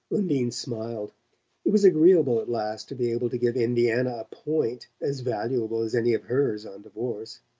undine smiled it was agreeable at last to be able to give indiana a point as valuable as any of hers on divorce.